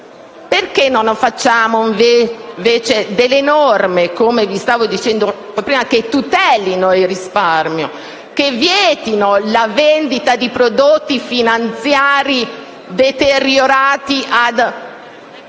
Perché non predisponiamo alcune norme, come vi stavo dicendo prima, che tutelino il risparmio, che vietino la vendita di prodotti finanziari deteriorati a